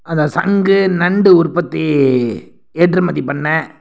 அந்த சங்கு நண்டு உற்பத்தி ஏற்றுமதி பண்ணை